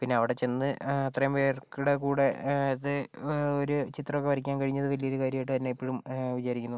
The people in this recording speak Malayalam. പിന്നെ അവിടെ ചെന്ന് ഇത്രയും പേർക്കിടെ കൂടി അത് ഒരു ചിത്രമൊക്കെ വരക്കാൻ കഴിഞ്ഞത് വലിയൊരു കാര്യമായിട്ട് തന്നെ ഇപ്പോഴും വിചാരിക്കുന്നു